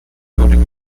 encoding